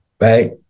right